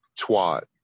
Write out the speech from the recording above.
twat